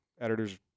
editors